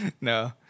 No